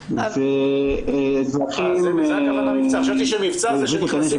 --- וזה התחיל -- חשבתי שמבצע זה כשנכנסים